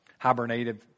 hibernative